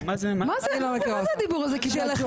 מה זה הדיבור הזה, קיבלה ג'וב?